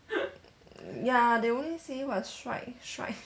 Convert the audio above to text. ya they only say what strike strike